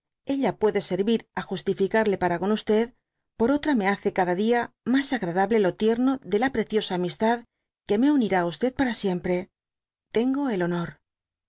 ella puede servir á justificarle para con por otra me hace cada dia mas agradable lo tierno de la preciosa amistad que me unirá á para siempre tengo el honor